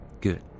Good